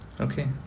Okay